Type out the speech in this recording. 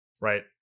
right